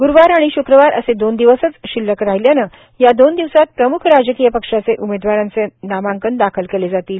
गुरूवार आणि शुक्रवार असे दोन दिवसच शिल्लक राहिल्याने या दोन दिवसात प्रमुख राजकीय पक्षाचे उमेदवारांचे नामांकन दाखल केले जातील